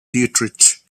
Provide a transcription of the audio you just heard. dietrich